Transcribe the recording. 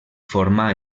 formà